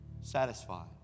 satisfied